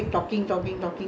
why you